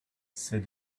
said